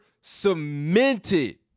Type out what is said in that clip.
cemented